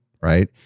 right